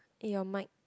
eh your mic